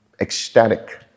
ecstatic